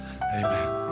Amen